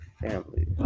family